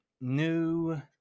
new